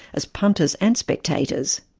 as punters and spectators.